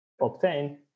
obtain